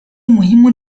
مهم